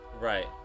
Right